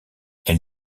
elle